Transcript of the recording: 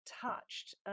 touched